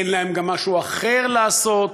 אין להם גם משהו אחר לעשות,